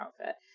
outfit